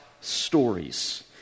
stories